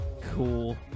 Cool